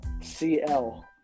CL